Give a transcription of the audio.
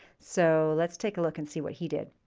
so let's take a look and see what he did.